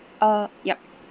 uh yup